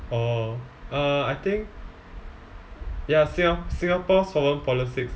oh uh I think ya singa~ singapore foreign policy